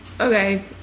okay